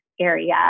area